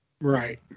Right